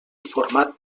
format